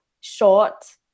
short